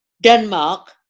Denmark